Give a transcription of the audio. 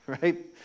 Right